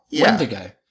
Wendigo